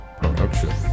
production